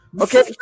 Okay